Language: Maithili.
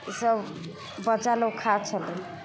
ईसब बच्चालोक खा छलै